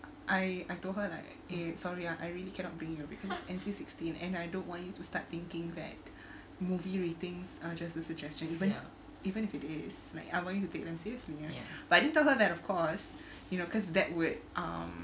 I I told her like eh sorry ah I really cannot bring you because N_C sixteen and I don't want you to start thinking that movie ratings are just a suggestion even even if it is like I want you to take them seriously but didn't tell her that of course you know because that would um